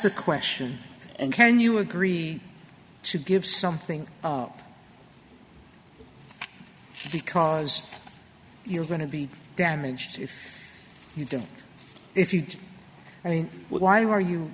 the question and can you agree to give something up because you're going to be damaged if you don't if you do i mean why are you